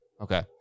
Okay